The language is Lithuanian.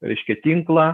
reiškia tinklą